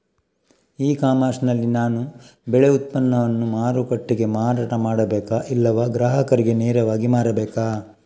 E commerce ನಲ್ಲಿ ನಾನು ಬೆಳೆ ಉತ್ಪನ್ನವನ್ನು ಮಾರುಕಟ್ಟೆಗೆ ಮಾರಾಟ ಮಾಡಬೇಕಾ ಇಲ್ಲವಾ ಗ್ರಾಹಕರಿಗೆ ನೇರವಾಗಿ ಮಾರಬೇಕಾ?